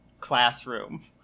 classroom